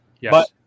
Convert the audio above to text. Yes